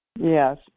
yes